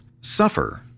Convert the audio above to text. suffer